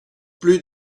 plus